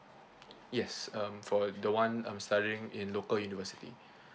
yes um for the [one] um studying in local university